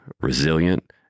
resilient